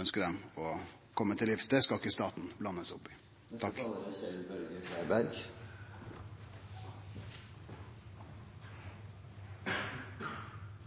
ønskjer dei å kome til livs. Det skal ikkje staten